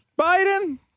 Biden